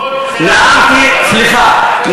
למרות סליחה,